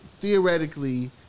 theoretically